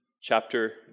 chapter